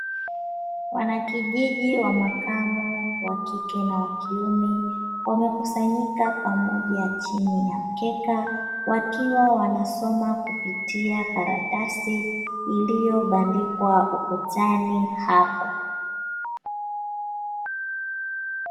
Wanakijiji wa makamo wa kike na wa kiume wamekusanyika pamoja chini ya mkeka wakiwa wanasoma kupitia karatasi iliyobandikwa ukutani hapo.